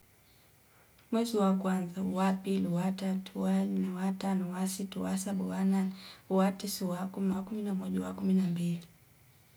Mwezi wa kwanza, wa pilu, wa tatu, wa nne, wa tano, wa situ, wa saba, wa nane, uwatiso, wakuma, wakumi na moja, wakumi na mbili